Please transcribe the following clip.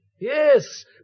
Yes